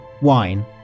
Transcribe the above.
wine